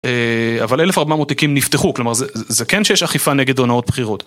אבל 1400 תיקים נפתחו, כלומר זה כן שיש אכיפה נגד הונאות בחירות.